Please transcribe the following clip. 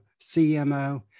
CMO